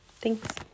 thanks